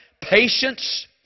patience